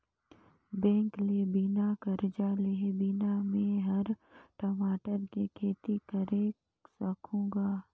bank ले बिना करजा लेहे बिना में हर टमाटर के खेती करे सकहुँ गा